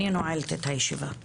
אני נועלת את הישיבה.